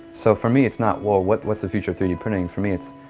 so for me, it's not well, what's what's the future of three d printing? for me it's,